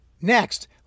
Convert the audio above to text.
next